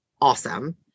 awesome